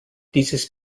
dieses